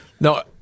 No